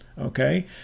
okay